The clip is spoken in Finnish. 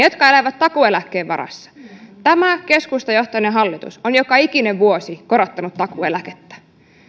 jotka elävät takuu eläkkeen varassa ja tämä keskustajohtoinen hallitus on joka ikinen vuosi korottanut takuueläkettä se